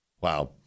Wow